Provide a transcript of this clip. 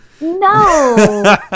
No